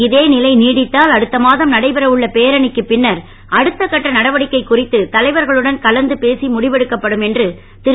இதே நிலை நீடித்தால் அடுத்த மாதம் நடைபெற உள்ள பேரணிக்கு பின்னர் அடுத்தக்கட்ட நடவடிக்கை குறித்து தலைவர்களுடன் கலந்துபேசி முடிவெடுக்கப்படும் என்று திரு